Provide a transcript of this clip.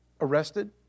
arrested